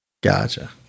Gotcha